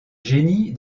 génie